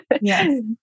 Yes